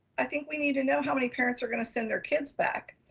i think we need to know how many parents are gonna send their kids back.